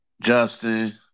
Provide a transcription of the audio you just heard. Justin